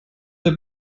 der